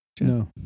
No